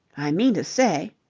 i mean to say.